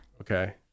Okay